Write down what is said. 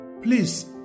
Please